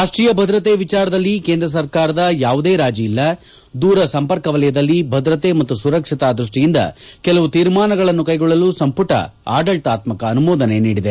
ರಾಷ್ಟೀಯ ಭದ್ರತೆ ವಿಚಾರದಲ್ಲಿ ಕೇಂದ್ರ ಸರ್ಕಾರದ ಯಾವುದೇ ರಾಜಿ ಇಲ್ಲ ದೂರ ಸಂಪರ್ಕವಲಯದಲ್ಲಿ ಭದ್ರತೆ ಮತ್ತು ಸುರಕ್ಷತಾ ದೃಷ್ಟಿಯಿಂದ ಕೆಲವು ತೀರ್ಮಾನಗಳನ್ನು ಕೈಗೊಳ್ಳಲು ಸಂಮಟ ಆಡಳಿತಾತ್ಕಕ ಅನುಮೋದನೆ ನೀಡಿದೆ